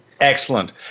excellent